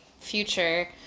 future